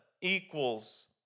equals